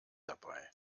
dabei